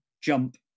jump